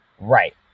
right